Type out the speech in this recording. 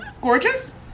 gorgeous